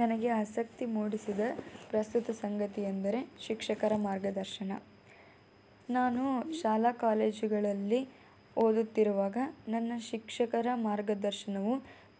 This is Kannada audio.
ನನಗೆ ಆಸಕ್ತಿ ಮೂಡಿಸಿದ ಪ್ರಸ್ತುತ ಸಂಗತಿ ಎಂದರೆ ಶಿಕ್ಷಕರ ಮಾರ್ಗದರ್ಶನ ನಾನು ಶಾಲಾ ಕಾಲೇಜುಗಳಲ್ಲಿ ಓದುತ್ತಿರುವಾಗ ನನ್ನ ಶಿಕ್ಷಕರ ಮಾರ್ಗದರ್ಶನವು